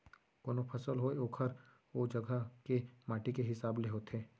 कोनों फसल होय ओहर ओ जघा के माटी के हिसाब ले होथे